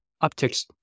Optics